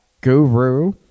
guru